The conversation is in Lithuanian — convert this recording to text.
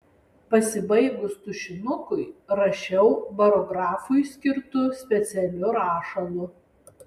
pasibaigus tušinukui rašiau barografui skirtu specialiu rašalu